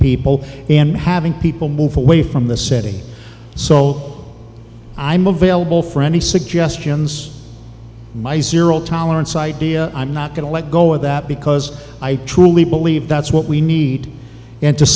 people and having people move away from the city so i'm available for any suggestions my zero tolerance idea i'm not going to let go of that because i truly believe that's what we need and